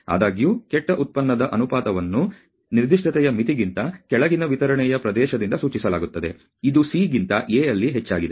ಆದಾಗ್ಯೂ ಕೆಟ್ಟ ಉತ್ಪನ್ನದ ಅನುಪಾತವನ್ನು ನಿರ್ದಿಷ್ಟತೆಯ ಮಿತಿಗಿಂತ ಕೆಳಗಿನ ವಿತರಣೆಯ ಪ್ರದೇಶದಿಂದ ಸೂಚಿಸಲಾಗುತ್ತದೆ ಇದು C ಗಿಂತ A ಯಲ್ಲಿ ಹೆಚ್ಚಾಗಿದೆ